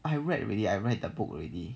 I read already I read the book already